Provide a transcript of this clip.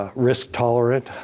ah risk tolerant.